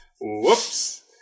whoops